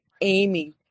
Amy